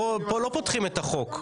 פה לא פותחים את החוק,